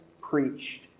preached